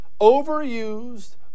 overused